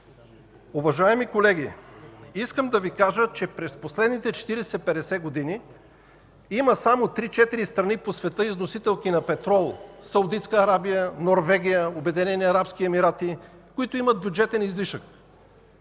Уважаеми колеги, през последните 40 – 50 години има само 3 – 4 страни по света, износителки на петрол – Саудитска Арабия, Норвегия, Обединени арабски емирства, които имат бюджетен излишък.